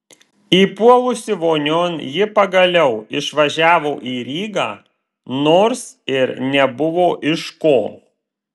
įpuolusi vonion ji pagaliau išvažiavo į rygą nors ir nebuvo iš ko